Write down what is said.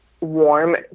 warm